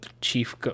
chief